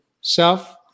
self